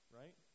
right